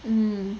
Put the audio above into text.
mm